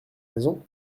maison